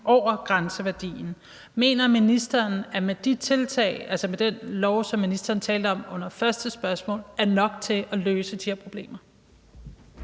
over grænseværdien. Mener ministeren, at den lov, som ministeren talte om under forrige spørgsmål, er nok til at løse de her problemer?